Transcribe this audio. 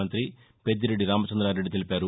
మంఁతి పెద్దిరెడ్డి రామచంఁదారెడ్డి తెలిపారు